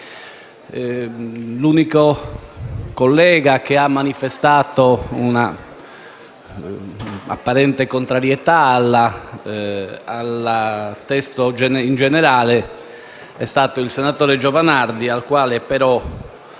L'unico collega che ha manifestato un'apparente contrarietà al testo in generale è stato il senatore Giovanardi, al quale però